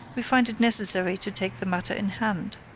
we find it necessary to take the matter in hand.